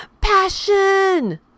passion